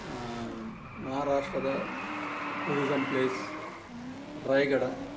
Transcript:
ಆಂ ಮಹಾರಾಷ್ಟ್ರದ tourism place Roy ಗಡ